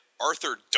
Arthur